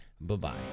Bye-bye